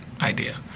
idea